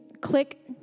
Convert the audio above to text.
click